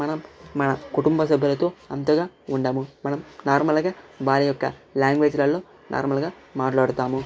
మనం మన కుటుంబ సభ్యులతో అంతగా ఉండము మనం నార్మల్ గా వారి యొక్క లాంగ్వేజ్ లలో నార్మల్ గా మాట్లాడుతాము